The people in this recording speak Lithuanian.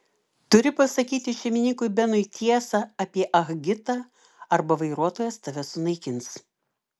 turi pasakyti šeimininkui benui tiesą apie ah gitą arba vairuotojas tave sunaikins